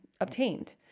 obtained